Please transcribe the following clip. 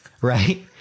right